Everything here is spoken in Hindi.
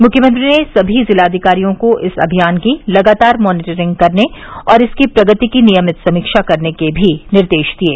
मुख्यमंत्री ने सभी जिलाधिकारियों को इस अभियान की लगातार मॉनीटरिंग करने और इसकी प्रगति की नियमित समीक्षा करने के भी निर्देश दिये